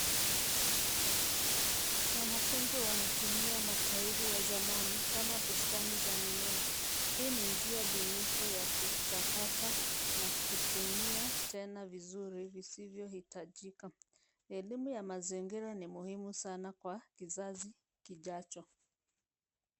Wanafunzi wanatumia matairi ya zamani kama bustani za mimea hii ni njia bunifu ya kutakata na kutumia tena vizuri visivyo hitajika. Elimu ya mazingira ni muhimu sana kwa kizazi kijacho.